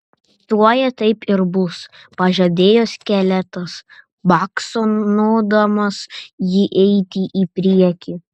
tuoj taip ir bus pažadėjo skeletas baksnodamas jį eiti į priekį